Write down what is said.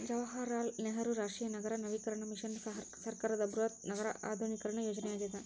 ಜವಾಹರಲಾಲ್ ನೆಹರು ರಾಷ್ಟ್ರೀಯ ನಗರ ನವೀಕರಣ ಮಿಷನ್ ಸರ್ಕಾರದ ಬೃಹತ್ ನಗರ ಆಧುನೀಕರಣ ಯೋಜನೆಯಾಗ್ಯದ